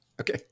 Okay